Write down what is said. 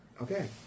Okay